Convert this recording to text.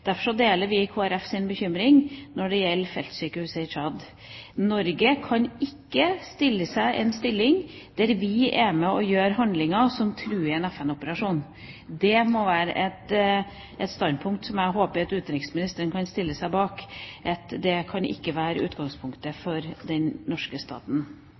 kan ikke stille seg i en situasjon hvor vi er med på handlinger som truer en FN-operasjon. Det må være et standpunkt som jeg håper utenriksministeren kan stille seg bak – at det kan ikke være utgangspunktet for den norske staten.